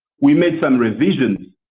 we made some revisions.